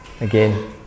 again